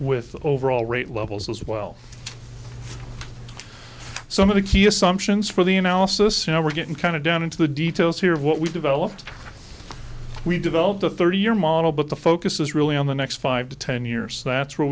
with the overall rate levels as well as some of the key assumptions for the analysis now we're getting kind of down into the details here of what we've developed we've developed a thirty year model but the focus is really on the next five to ten years that's where